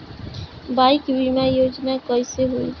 Bike बीमा योजना कैसे होई?